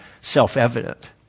self-evident